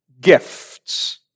gifts